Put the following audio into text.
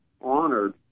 honored